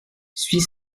suis